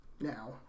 now